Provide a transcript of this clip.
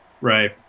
Right